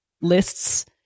lists